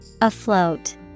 Afloat